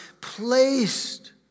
placed